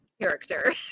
character